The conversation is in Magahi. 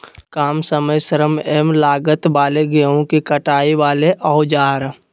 काम समय श्रम एवं लागत वाले गेहूं के कटाई वाले औजार?